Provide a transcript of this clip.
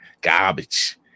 garbage